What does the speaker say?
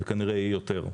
זה כנראה יהיה יותר.